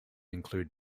include